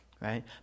right